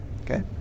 Okay